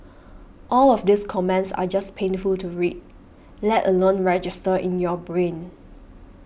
all of these comments are just painful to read let alone register in your brain